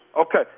Okay